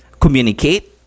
communicate